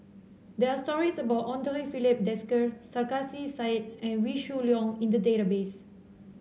there are stories about Andre Filipe Desker Sarkasi Said and Wee Shoo Leong in the database